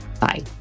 Bye